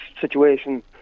situation